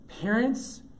parents